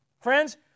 Friends